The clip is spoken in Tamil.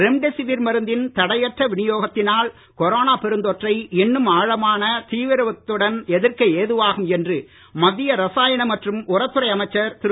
ரெம்டெசிவிர் மருந்தின் தடையற்ற விநியோகத்தினால் கொரோனா பெருந்தொற்றை இன்னும் ஆழமான தீவிரத்துடன் எதிர்க்க ஏதுவாகும் என்று மத்திய ரசாயன மற்றும் உரத்துறை அமைச்சர் திரு